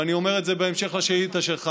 ואני אומר את זה בהמשך לשאילתה שלך.